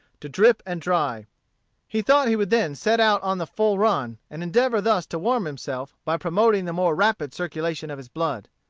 to drip and dry he thought he would then set out on the full run, and endeavor thus to warm himself by promoting the more rapid circulation of his blood.